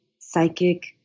psychic